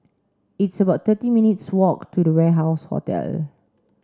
it's about thirty minutes' walk to the Warehouse Hotel